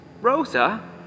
Rosa